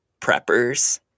preppers